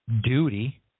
Duty